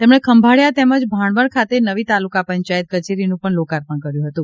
તેમણે ખંભાળીયા તેમજ ભાણવડ ખાતે નવી તાલુકા પંચાયત કચેરીનું પણ લોકાર્પણ કર્યું હતું